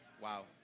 wow